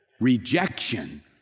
rejection